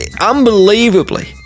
unbelievably